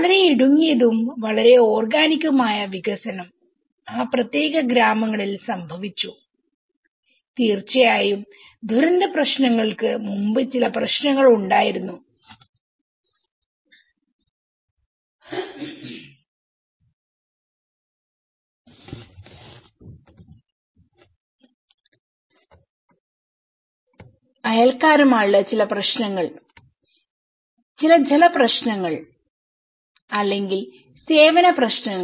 വളരെ ഇടുങ്ങിയതും വളരെ ഓർഗാനികുമായ വികസനം ആ പ്രത്യേക ഗ്രാമങ്ങളിൽ സംഭവിച്ചു തീർച്ചയായും ദുരന്ത പ്രശ്നങ്ങൾക്ക് മുമ്പ് ചില പ്രശ്നങ്ങൾ ഉണ്ടായിരുന്നു ചഅയൽക്കാരുമായുള്ള ചില പ്രശ്നങ്ങൾ ചില ജല പ്രശ്നങ്ങൾ അല്ലെങ്കിൽ സേവന പ്രശ്നങ്ങൾ